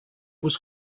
was